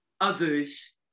others